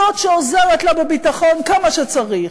זאת שעוזרת לה בביטחון כמה שצריך,